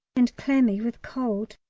and clammy with cold.